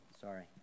sorry